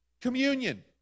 Communion